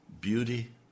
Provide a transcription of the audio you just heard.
beauty